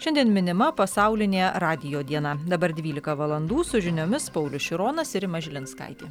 šiandien minima pasaulinė radijo diena dabar dvylika valandų su žiniomis paulius šironas ir rima žilinskaitė